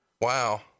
Wow